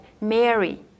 Mary